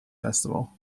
festival